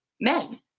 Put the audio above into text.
men